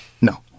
No